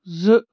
زٕ